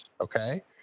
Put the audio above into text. okay